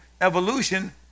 evolution